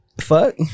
Fuck